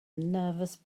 nervous